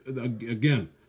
again